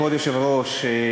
כבוד היושב-ראש,